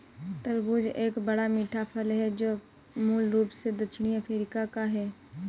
तरबूज एक बड़ा, मीठा फल है जो मूल रूप से दक्षिणी अफ्रीका का है